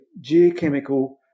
geochemical